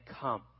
come